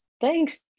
Thanks